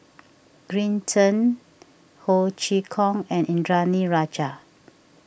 Green Zeng Ho Chee Kong and Indranee Rajah